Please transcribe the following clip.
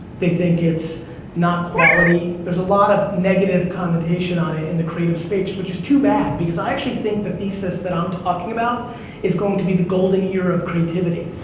they think it's not quality. there's a lot of negative connotation on it in the creative space, which is too bad because i actually think the thesis that i'm talking about is going to be the golden era of creativity.